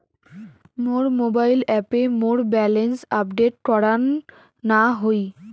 মোর mobile অ্যাপে মোর balance update করাং না হই